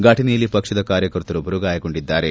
ಫಟನೆಯಲ್ಲಿ ಪಕ್ಷದ ಕಾರ್ಯಕರ್ತರೊಬ್ಬರು ಗಾಯಗೊಂಡಿದ್ದಾರೆ